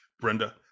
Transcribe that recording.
Brenda